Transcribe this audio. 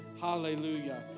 Hallelujah